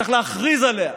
צריך להכריז עליה,